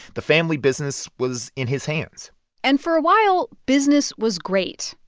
the family business was in his hands and for a while, business was great.